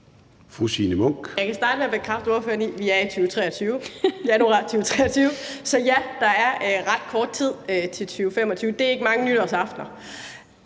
Jeg kan starte med at bekræfte ordføreren i, at vi er i 2023, nemlig i januar 2023. Så ja, der er ret kort tid til 2025; det er ikke mange nytårsaftener.